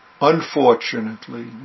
Unfortunately